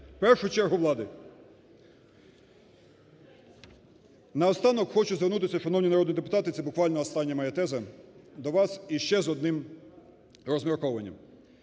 в першу чергу, влади. Наостанок хочу звернутися, шановні народні депутати, (це буквально остання моя теза) до вас і ще з одним розмірковуванням.